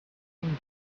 seemed